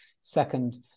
second